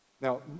Now